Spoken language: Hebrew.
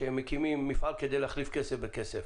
שהם מקימים מפעל כדי להחליף כסף בכסף.